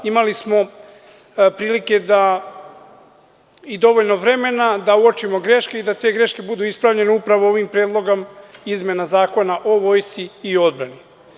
Imali smo prilike i dovoljno vremena da uočimo greške i da te greške budu ispravljene upravo ovim predlogom izmena Zakona o Vojsci i Zakona o odbrani.